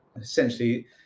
Essentially